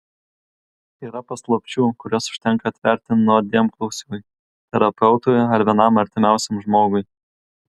yra paslapčių kurias užtenka atverti nuodėmklausiui terapeutui ar vienam artimiausiam žmogui